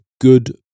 good